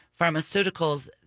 pharmaceuticals